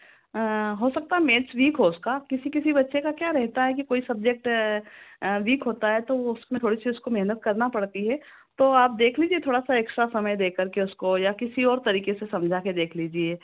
हो सकता है मैथ्स वीक हो उसका किसी किसी बच्चे का क्या रहता है कि कोई सब्जेक्ट वीक होता है तो वह उसमें थोड़ी सी उसको मेहनत करनी पड़ती है तो आप देख लीजिए थोड़ा सा एक्स्ट्रा समय देकर के उसको या किसी और तरीके से समझा कर देख लीजिए